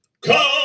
Come